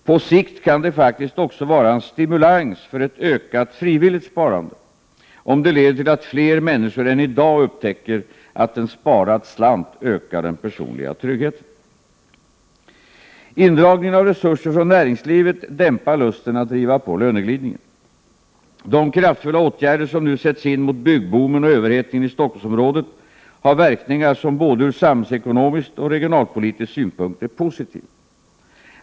På sikt kan det faktiskt också vara en stimulans för ett ökat frivilligt sparande, om det leder till att fler människor än i dag upptäcker att en sparad slant ökar den personliga tryggheten. Indragningen av resurser från näringslivet dämpar lusten att driva på löneglidningen. De kraftfulla åtgärder som nu sätts in mot byggboomen och överhettningen i Stockholmsområdet har verkningar som ur både samhällsekonomisk och regionalpolitisk synpunkt är positiva.